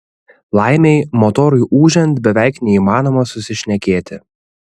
laimei motorui ūžiant beveik neįmanoma susišnekėti